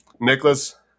nicholas